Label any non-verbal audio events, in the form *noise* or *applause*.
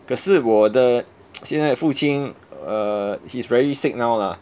可是我的 *noise* 现在的父亲 err he's very sick now lah